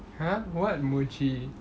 !huh! what mochi